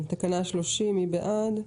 תקנה 30, מי בעד?